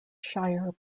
shire